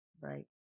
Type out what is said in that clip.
right